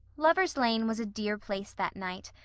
lover's lane was a dear place that night,